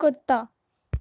کتا